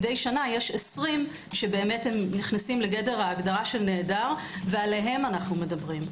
מדי שנה יש 20 שנכנסים לגדר ההגדרה של נעדר ועליהם אנו מדברים.